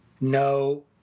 no –